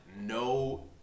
no